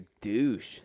douche